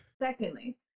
secondly